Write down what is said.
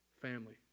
family